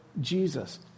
Jesus